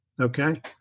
Okay